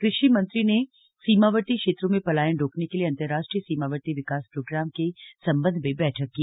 कृषि मंत्री ने सीमावर्ती क्षेत्रों में पलायन रोकने के लिए अन्तराष्ट्रीय सीमावर्ती विकास प्रोग्राम के सम्बन्ध में बैठक की